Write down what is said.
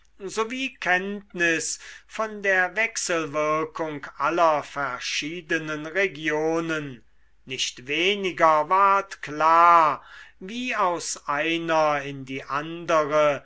sowie kenntnis von der wechselwirkung aller verschiedenen regionen nicht weniger ward klar wie aus einer in die andere